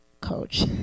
coach